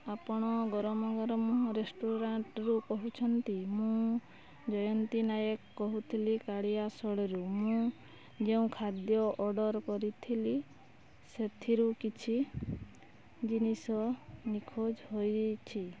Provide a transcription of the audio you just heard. ଆପଣ ଗରମ ଗରମ ରେଷ୍ଟୁରାଣ୍ଟ୍ରୁ କହୁଛନ୍ତି ମୁଁ ଜୟନ୍ତୀ ନାୟକ କହୁଥିଲି କାଳିଆଶଳିରୁ ମୁଁ ଯେଉଁ ଖାଦ୍ୟ ଅର୍ଡ଼ର୍ କରିଥିଲି ସେଥିରୁ କିଛି ଜିନିଷ ନିଖୋଜ ହୋଇଯାଇଛି